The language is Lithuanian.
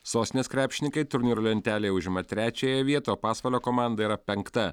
sostinės krepšininkai turnyro lentelėje užima trečiąją vietą o pasvalio komanda yra penkta